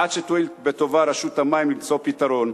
ועד שתואיל בטובה רשות המים למצוא פתרון,